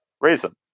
reason